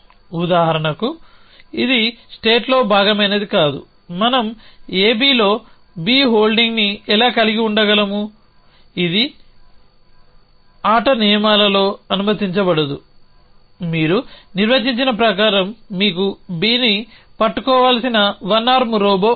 ఉదాహరణకు ఇది స్టేట్లో భాగమైనది కాదు మనం A B లో Bహోల్డింగ్ ని ఎలా కలిగి ఉండగలము ఇది ఆట నియమాలలో అనుమతించబడదు మీరు నిర్వచించిన ప్రకారం మీకు B ని పట్టుకోవాల్సిన వన్ ఆర్మ్ రోబో ఉంది